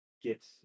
get